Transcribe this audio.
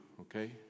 Okay